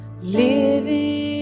living